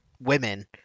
women